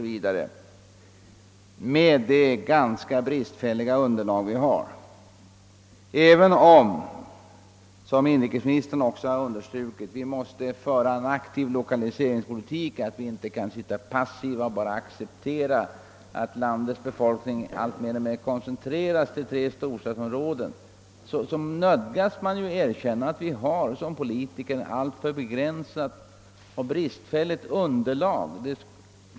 Även om vi — och detta har även understrukits av inrikesministern — för en aktiv lokaliseringspolitik och inte bara sitter passiva och accepterar att landets befolkning alltmer koncentreras till tre storstadsområden, nödgas man erkänna att vi politiker har ett alltför dåligt underlag.